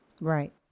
Right